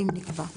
אם נקבע,